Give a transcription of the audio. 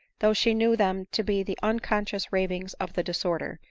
though she knew them to be the un conscious ravings of the disorder,